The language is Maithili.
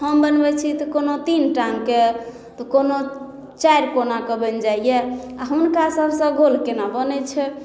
हम बनबै छी तऽ कोनो तीन टाङ्ग के तऽ कोनो चारि कोना कऽ बनि जाइया आ हुनका सबसे गोल केना बनै छै